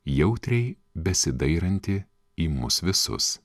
jautriai besidairanti į mus visus